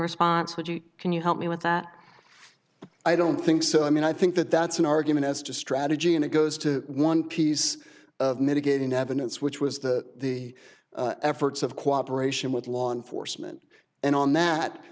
response would you can you help me with that i don't think so i mean i think that that's an argument as to strategy and it goes to one piece of mitigating evidence which was that the efforts of cooperation with law enforcement and on that